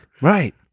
Right